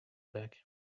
back